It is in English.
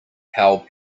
how